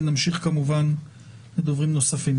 ונמשיך כמובן לדוברים נוספים.